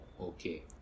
Okay